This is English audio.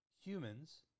Humans